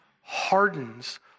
hardens